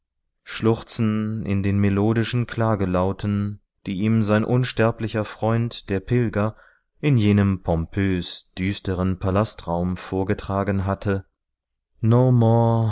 schluchzen in den melodischen klagelauten die ihm sein unsterblicher freund der pilger in jenem pompös düsteren palastraum vorgetragen hatte